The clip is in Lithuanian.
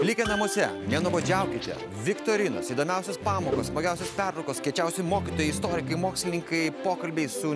likę namuose nenuobodžiaukite viktorinos įdomiausios pamokos smagiausios pertraukos kiečiausi mokytojai istorikai mokslininkai pokalbiai su